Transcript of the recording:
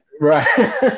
Right